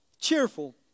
cheerful